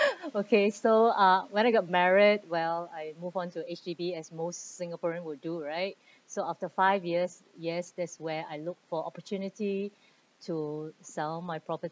okay so uh when I got married well I move on to H_D_B as most singaporean will do right so after five years yes that's when I look for opportunity to sell my property